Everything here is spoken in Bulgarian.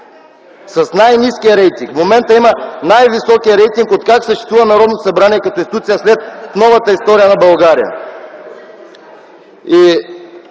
е? ЦВЕТОМИР МИХОВ: В момента има най-високия рейтинг откакто съществува Народното събрание като институция след новата история на България.